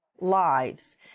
lives